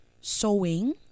Sewing